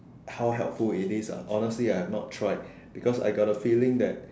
how helpful it is ah honestly I have not tried because I got a feeling that